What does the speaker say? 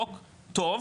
חוק טוב,